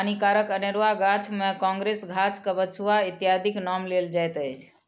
हानिकारक अनेरुआ गाछ मे काँग्रेस घास, कबछुआ इत्यादिक नाम लेल जाइत अछि